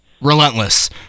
relentless